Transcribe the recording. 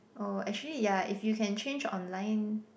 oh actually yeah if you can change online